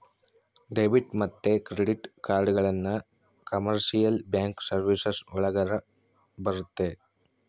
debit ಮತ್ತೆ credit ಕಾರ್ಡ್ಗಳನ್ನ commercial bank services ಒಳಗರ ಬರುತ್ತೆ